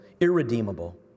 irredeemable